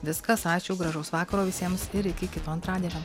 viskas ačiū gražaus vakaro visiems ir iki kito antradienio